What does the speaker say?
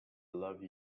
love